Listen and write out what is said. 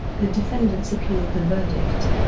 the defendants appealed the verdict